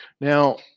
Now